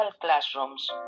Classrooms